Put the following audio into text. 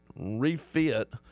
refit